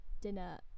dinner